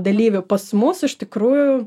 dalyvių pas mus iš tikrųjų